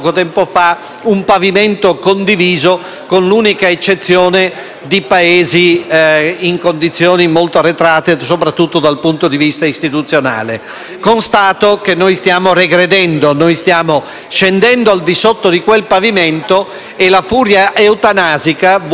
di Paesi in condizioni molto arretrate, soprattutto dal punto di vista istituzionale. Constato che noi stiamo regredendo, stiamo scendendo al di sotto di quel pavimento e la furia eutanasica vuole travolgere anche minori e disabili. *(Proteste dal Gruppo